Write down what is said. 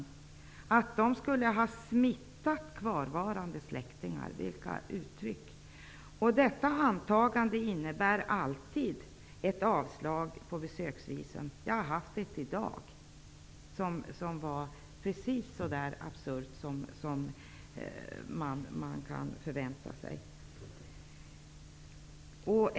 Det sägs också att de skulle ha smittat kvarvarande släktingar. Vilket uttryck! Detta antagande innebär alltid ett avslag på ansökan om besöksvisum. Jag har tagit del av ett sådant i dag, som var precis så absurt som man kan förvänta sig.